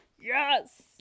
Yes